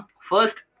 First